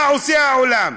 מה עושה העולם?